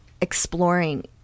exploring